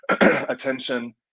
attention